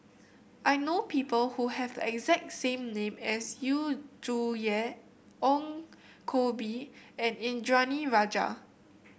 I know people who have the exact same name as Yu Zhuye Ong Koh Bee and Indranee Rajah